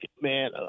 man